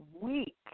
week